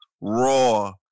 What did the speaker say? raw